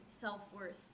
self-worth